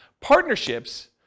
Partnerships